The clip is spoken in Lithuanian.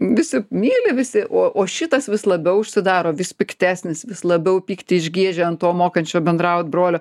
visi myli visi o šitas vis labiau užsidaro vis piktesnis vis labiau pyktį išgiežia ant to mokančio bendraut brolio